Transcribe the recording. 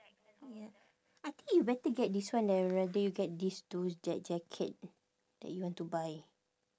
ya I think you better get this one than I rather you get these two jack~ jacket that you want to buy